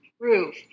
proof